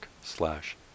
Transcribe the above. slash